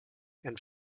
and